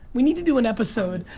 we need to do an episode.